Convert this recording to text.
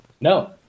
No